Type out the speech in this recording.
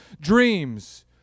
dreams